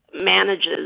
manages